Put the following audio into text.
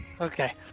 Okay